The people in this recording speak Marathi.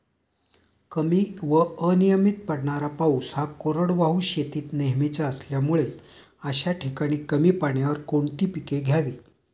कमी व अनियमित पडणारा पाऊस हा कोरडवाहू शेतीत नेहमीचा असल्यामुळे अशा ठिकाणी कमी पाण्यावर कोणती पिके घ्यावी?